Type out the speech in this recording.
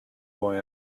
boy